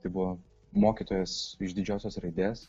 tai buvo mokytojas iš didžiosios raidės